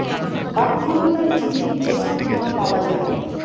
অক্ষমতার জিনে যে সব বীমা পাওয়া যায়